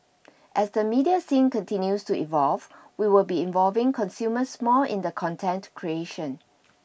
as the media scene continues to evolve we will be involving consumers more in the content creation